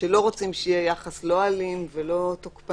שלא רוצים שיהיה יחס אלים ותוקפני.